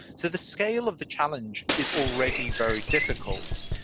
so the scale of the challenge is already very difficult.